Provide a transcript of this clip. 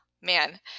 man